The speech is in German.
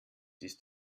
ist